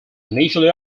initially